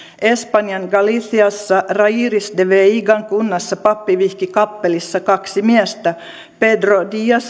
espanjan galiciassa rairiz de veigan kunnassa pappi vihki kappelissa kaksi miestä pedro diazin